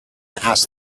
asked